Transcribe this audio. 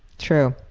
true.